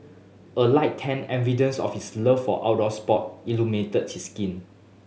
a light tan evidence of his love for outdoor sport illuminated his skin